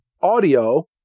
audio